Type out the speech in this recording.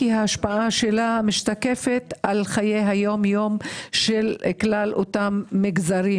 כי השפעתה משתקפת על חיי היום יום של כלל אותם מגזרים.